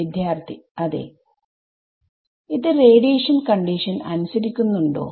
വിദ്യാർത്ഥി അതെ ഇത് റേഡിയേഷൻ കണ്ടിഷൻഅനുസരിക്കുന്നുണ്ടോ